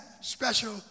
special